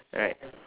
alright